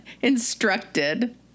instructed